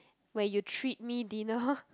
where you treat me dinner